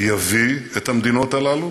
יביא את המדינות האלה,